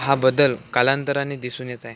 हा बदल कालांतराने दिसून येत आहे